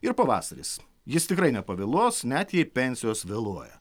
ir pavasaris jis tikrai nepavėluos net jei pensijos vėluoja